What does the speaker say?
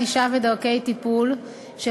ענישה ודרכי טפול) (תיקון),